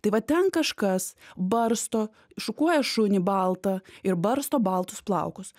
tai va ten kažkas barsto šukuoja šunį baltą ir barsto baltus plaukus